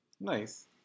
Nice